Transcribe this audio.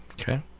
Okay